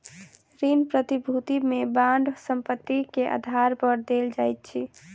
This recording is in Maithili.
ऋण प्रतिभूति में बांड संपत्ति के आधार पर देल जाइत अछि